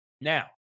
Now